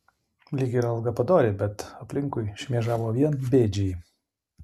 lyg ir alga padori bet aplinkui šmėžavo vien bėdžiai